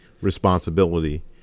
responsibility